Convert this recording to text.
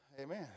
Amen